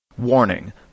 Warning